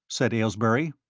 said aylesbury.